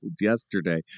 yesterday